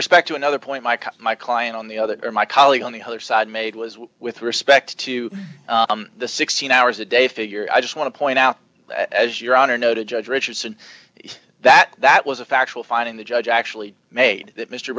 respect to another point michael my client on the other or my colleague on the other side made was with respect to the sixteen hours a day figure i just want to point out as your honor noted judge richardson is that that was a factual finding the judge actually made that mr